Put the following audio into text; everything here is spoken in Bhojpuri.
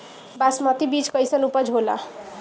बासमती बीज कईसन उपज होला?